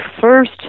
first